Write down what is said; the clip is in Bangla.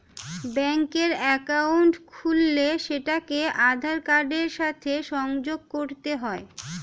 ব্যাঙ্কের অ্যাকাউন্ট খুললে সেটাকে আধার কার্ডের সাথে সংযোগ করতে হয়